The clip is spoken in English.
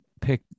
pick